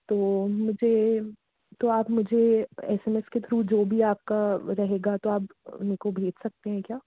तो मुझे तो आप मुझे एस एम एस के थ्रू जो भी आपका रहेगा तो आप उनको भेज सकते हैं क्या